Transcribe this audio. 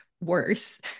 worse